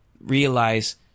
realize